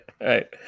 right